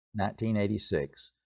1986